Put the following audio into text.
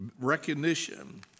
recognition